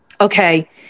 okay